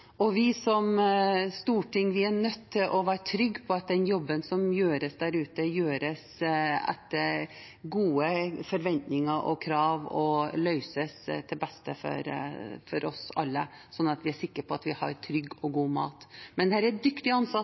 og vi som storting er nødt til å være trygge på at jobben som gjøres der ute, gjøres etter gode forventninger og krav og løses til beste for oss alle, sånn at vi er sikre på at vi har trygg og god mat. Dette er dyktige ansatte,